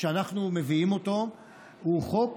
שאנחנו מביאים הוא חוק